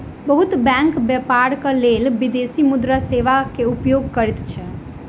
बहुत बैंक व्यापारक लेल विदेशी मुद्रा सेवा के उपयोग करैत अछि